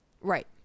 Right